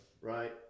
right